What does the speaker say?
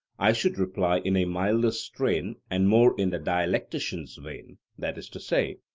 i should reply in a milder strain and more in the dialectician's vein that is to say,